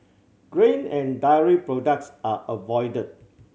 grain and dairy products are avoided